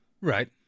Right